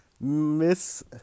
miss